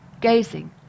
gazing